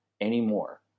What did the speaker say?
anymore